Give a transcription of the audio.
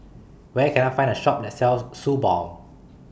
Where Can I Find A Shop that sells Suu Balm